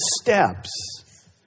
steps